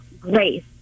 grace